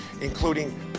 including